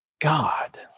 God